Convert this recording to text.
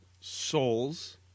Souls